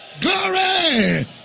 Glory